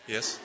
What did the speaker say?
Yes